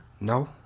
No